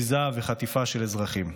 ביזה וחטיפה של אזרחים,